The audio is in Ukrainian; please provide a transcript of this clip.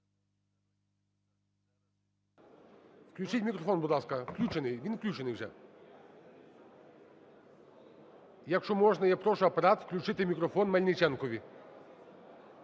Включіть мікрофон, будь ласка. Включений? Він включений вже. Якщо можна, я прошу Апарат включити мікрофон Мельниченкові.